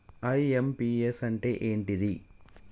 IMPS అంటే ఏంటిది?